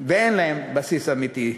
ואין להן בסיס אמיתי.